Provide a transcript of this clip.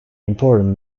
important